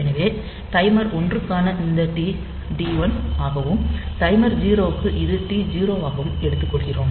எனவே டைமர் 1 க்கான இந்த டி டி1 ஆகவும் டைமர் 0 க்கு இது டி0 ஆகவும் எடுத்துக்கொள்கிறோம்